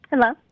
Hello